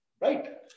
right